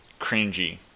cringy